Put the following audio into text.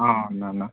ఉందన్న